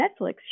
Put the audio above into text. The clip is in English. Netflix